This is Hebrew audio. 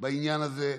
בעניין הזה,